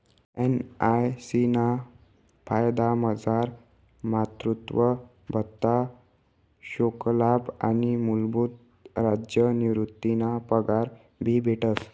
NIC ना फायदामझार मातृत्व भत्ता, शोकलाभ आणि मूलभूत राज्य निवृतीना पगार भी भेटस